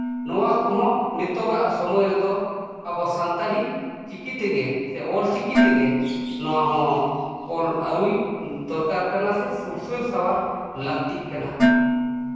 ᱱᱚᱣᱟ ᱠᱚᱦᱚᱸ ᱱᱤᱛᱚᱜᱟᱜ ᱥᱚᱢᱚᱭ ᱨᱮᱫᱚ ᱟᱵᱚ ᱥᱟᱱᱛᱟᱲᱤ ᱪᱤᱠᱤ ᱛᱮᱜᱮ ᱚᱞᱪᱤᱠᱤ ᱛᱮᱜᱮ ᱱᱚᱣᱟ ᱦᱚᱸ ᱚᱞ ᱟᱹᱨᱩᱭ ᱫᱚᱨᱠᱟᱨ ᱠᱟᱱᱟ ᱥᱮ ᱥᱩᱥᱟᱹᱨ ᱥᱟᱶᱟᱨ ᱞᱟᱹᱠᱛᱤᱜ ᱠᱟᱱᱟ